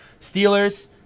Steelers